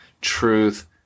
truth